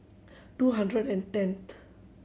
two hundred and tenth